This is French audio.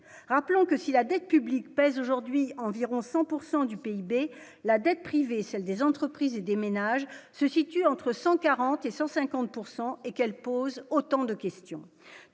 rappelons que si la dette publique pèse aujourd'hui environ 100 pourcent du PIB, la dette privée et celle des entreprises et des ménages se situent entre 140 et 150 pourcent et qu'elle pose autant de questions,